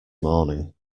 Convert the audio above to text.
morning